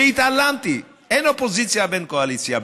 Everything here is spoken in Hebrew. והתעלמתי, אין אופוזיציה ואין קואליציה.